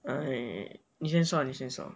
I 你先说 lah 你先说